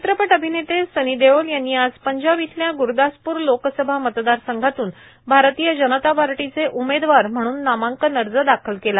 चित्रपट अभिनेते सनी देओल यांनी आज पंजाब इथल्या ग्रुदासप्र लोकसभा मतदार संघातून भारतीय जनता पार्टीचे उमेदवार म्हणून आज नामांकन दाखल केला